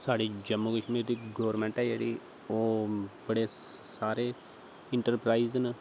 साढे जम्मू कशमीर दी गोरमौंट ऐ जेह्ड़ी ओह् बड़े सारे इंटरप्राईज न